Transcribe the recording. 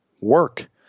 work